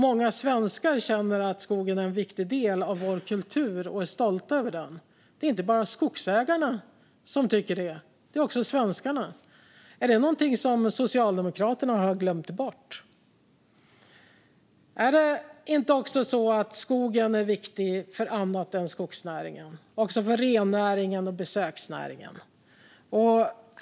Många svenskar känner att skogen är en viktig del av vår kultur och är stolta över den. Det tycker inte bara skogsägarna utan även resten av svenskarna. Är det någonting som Socialdemokraterna har glömt bort? Är skogen inte viktig också för annat än skogsnäringen, utan också för rennäringen och besöksnäringen?